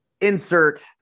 insert